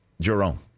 Jerome